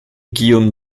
guillaume